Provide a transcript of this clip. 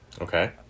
Okay